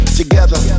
together